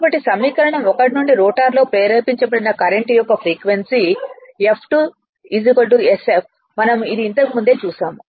కాబట్టి సమీకరణం 1 నుండి రోటర్ లో ప్రేరేపించబడిన కరెంట్ యొక్క ఫ్రీక్వెన్సీ F2 sf ఇది మనం ఇంతకుముందే చూసాము